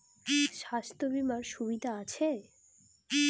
স্বাস্থ্য বিমার সুবিধা আছে?